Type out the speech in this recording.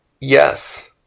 yes